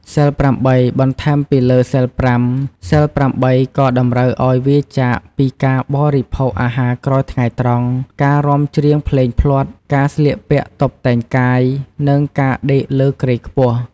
សីលប្រាំបី បន្ថែមពីលើសីលប្រាំ សីលប្រាំបីក៏តម្រូវឱ្យវៀរចាកពីការបរិភោគអាហារក្រោយថ្ងៃត្រង់ ការរាំច្រៀងភ្លេងភ្លាត់ ការស្លៀកពាក់តុបតែងកាយ និងការដេកលើគ្រែខ្ពស់។